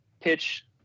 pitch